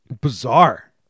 bizarre